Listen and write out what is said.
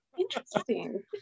Interesting